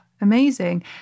Amazing